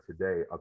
today